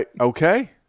Okay